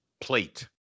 plate